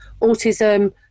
autism